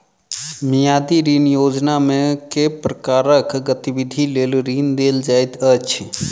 मियादी ऋण योजनामे केँ प्रकारक गतिविधि लेल ऋण देल जाइत अछि